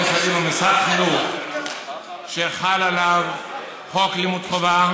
סדיר במוסד חינוך שחל עליו חוק לימוד חובה